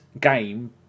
game